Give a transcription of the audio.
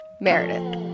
Meredith